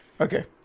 Okay